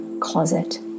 closet